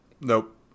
Nope